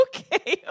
Okay